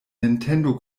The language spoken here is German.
nintendo